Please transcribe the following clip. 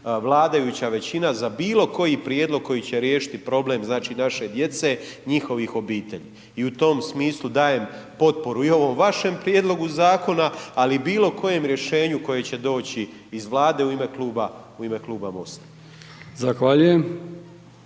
vladajuća većina za bilo koji prijedlog koji će riješiti problem znači naše djece i njihovih obitelji. I u tom smislu dajem potporu i ovom vašem prijedlogu zakona, ali i bilo kojem rješenju koje će doći iz Vlade u ime kluba, u ime